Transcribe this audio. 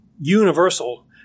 universal